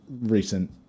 recent